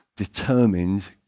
determined